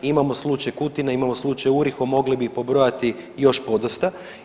Imamo slučaj Kutine, imamo slučaj URIHO mogli bi ih pobrojati još podosta.